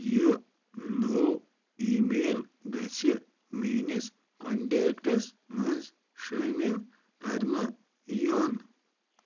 یِہ نٔو email گژھِ میٲنِس کونٹیکٹس منز شٲمل کرنہٕ یُن